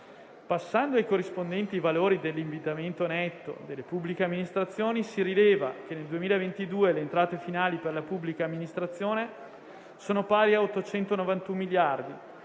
Passando ai corrispondenti valori dell'indebitamento netto delle pubbliche amministrazioni, si rileva che nel 2022, le entrate finali per la Pubblica Amministrazione sono pari a 891 miliardi,